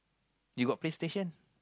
you got PlayStation